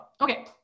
Okay